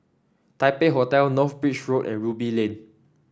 Taipei Hotel North Bridge Road and Ruby Lane